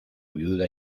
viuda